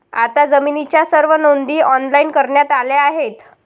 आता जमिनीच्या सर्व नोंदी ऑनलाइन करण्यात आल्या आहेत